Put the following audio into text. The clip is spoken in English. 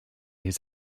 his